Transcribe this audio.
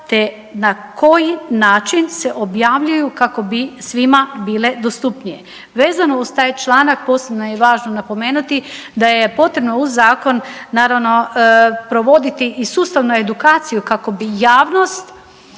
te na koji način se objavljuju kako bi svima bile dostupnije. Vezano uz taj članak, posebno je važno napomenuti da je potrebno u zakon, naravno, provoditi i sustavnu edukaciju kako bi javnost